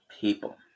people